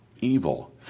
evil